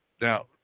Now